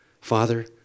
Father